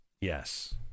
Yes